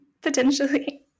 potentially